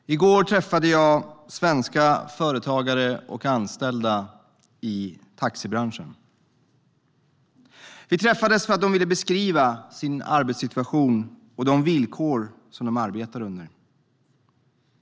Herr talman! I går träffade jag svenska företagare och anställda i taxibranschen. Vi träffades för att de ville beskriva sin arbetssituation och de villkor som de arbetar under.